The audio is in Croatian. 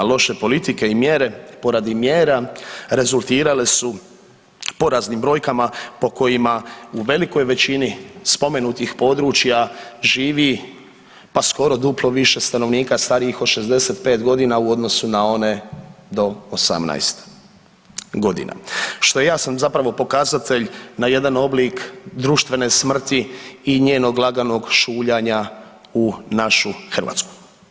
Loše politike i mjere poradi mjera rezultirale su poraznim brojkama po kojima u velikoj većini spomenutih područja živi pa skoro duplo više stanovnika starijih od 65 godina u odnosu na one do 18 godina, što je jasan zapravo pokazatelj na jedan oblik društvene smrti i njenog laganog šuljanja u našu Hrvatsku.